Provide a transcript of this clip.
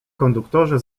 konduktorzy